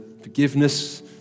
forgiveness